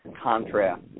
contrast